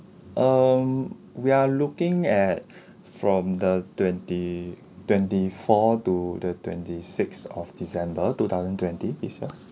um we are looking at from the twenty twenty fourth to the twenty sixth of december two thousand twenty itself